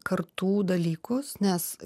kartų dalykus nes